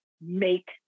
make